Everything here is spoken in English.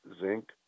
zinc